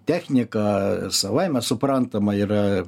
technika savaime suprantama yra